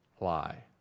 lie